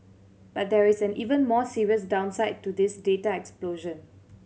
but there is an even more serious downside to this data explosion